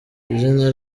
izina